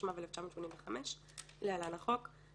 התשמ"ו-1985 (להלן החוק),